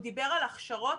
הוא דיבר על ההכשרות.